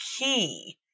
key